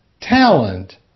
talent